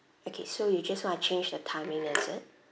okay so you just want to change the timing is it